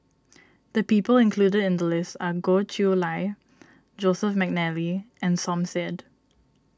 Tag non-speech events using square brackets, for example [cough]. [noise] the people included in the list are Goh Chiew Lye Joseph McNally and Som Said